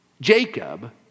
Jacob